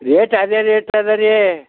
rate ಅದೆ rate ಅದ ರೀ